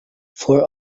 for